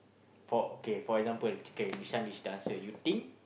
for okay for example kay this one is the answer you think